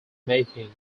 making